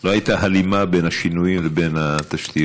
לא הייתה הלימה בין השינוי לבין התשתיות.